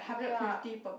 ya